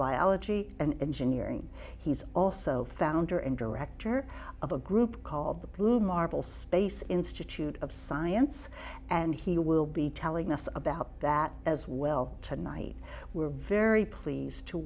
biology and engineering he's also founder and director of a group called the blue marble space institute of science and he will be telling us about that as well tonight we're very pleased to